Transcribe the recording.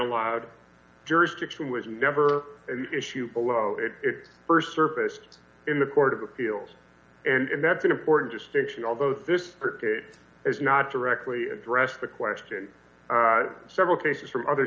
allowed jurisdiction was never an issue first surfaced in the court of appeals and that's an important distinction although this is not directly addressed the question several cases from other